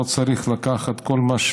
לא צריך לקחת כל מה,